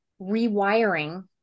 rewiring